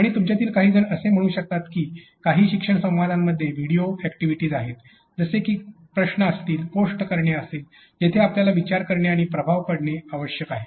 आणि तुमच्यातील काहीजण असे म्हणू शकतात की काही शिक्षण संवादांमध्ये व्हिडिओ अॅक्टिविटीस आहेत जसे की प्रश्न असतील पोस्ट करणे असेल जिथे आपल्याला विचार करणे आणि प्रभाव पाडणे आवश्यक आहे